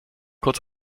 kurz